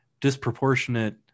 disproportionate